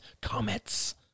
comets